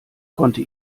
konnte